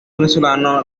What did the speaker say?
venezolano